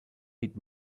need